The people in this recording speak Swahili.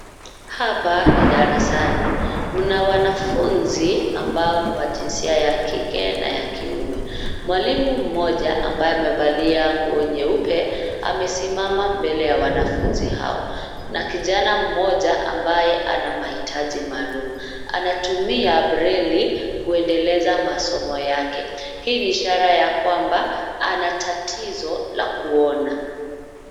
Hapa ni darasani. Mna wanafunzi ambao ni wa jinsia ya kike na ya kiume. Mwalimu mmoja ambaye amevalia nguo nyeupe amesimama mbele ya wanafunzi hao. Kuna kijana mmoja ambaye anamahitaji maalum. Anatumia breli kuendeleza masomo yake. Hii ni ishara ya kwamba ana tatizo la kuona.